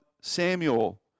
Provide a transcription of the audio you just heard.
Samuel